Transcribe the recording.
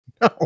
No